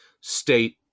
state